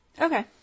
Okay